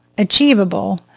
achievable